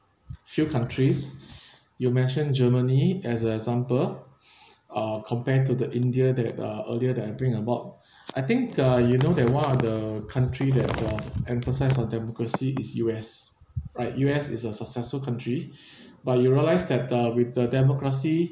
few countries you mentioned germany as an example uh compare to the india that uh earlier that I bring about I think uh you know that one of the country that who are emphasise on democracy is U_S right U_S is a successful country but you realise that uh with the democracy